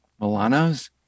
Milanos